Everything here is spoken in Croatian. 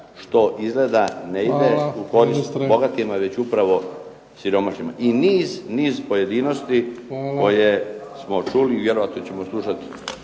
što izgleda ne ide u korist bogatima već upravo siromašnima. I niz, niz pojedinosti koje smo čuli i vjerojatno ćemo slušati